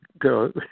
go